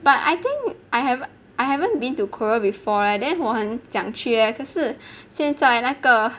but I think I have I haven't been to Korea before leh then 我很像去 leh 可是现在那个